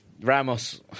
Ramos